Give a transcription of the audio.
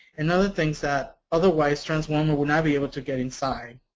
and other things that, otherwise, trans women would would not be able to get inside.